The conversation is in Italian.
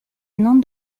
non